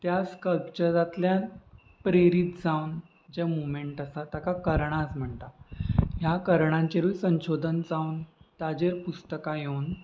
त्या स्कल्पचरांतल्यान प्रेरीत जावन जे मुवमेंट आसा ताका कर्णाज म्हणटा ह्या कर्णाचेरूय संशोधन जावन ताचेर पुस्तकां येवन